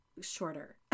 shorter